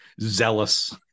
zealous